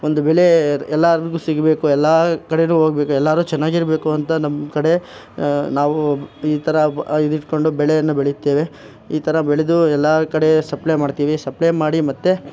ಒಂದು ಬೆಲೇ ಎಲ್ಲಾರಿಗೂ ಸಿಗಬೇಕು ಎಲ್ಲ ಕಡೆ ಹೋಗಬೇಕು ಎಲ್ಲಾರು ಚೆನ್ನಾಗಿರ್ಬೇಕು ಅಂತ ನಮ್ಮ ಕಡೆ ನಾವು ಈ ಥರ ಇದಿಟ್ಕೊಂಡು ಬೆಳೆಯನ್ನ ಬೆಳೆಯುತ್ತೇವೆ ಈ ಥರ ಬೆಳೆದು ಎಲ್ಲಾ ಕಡೆ ಸಪ್ಲೈ ಮಾಡ್ತೀವಿ ಸಪ್ಲೈ ಮಾಡಿ ಮತ್ತು